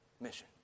mission